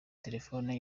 telefoni